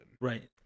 Right